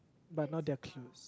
but not they're closed